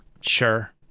sure